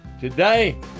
Today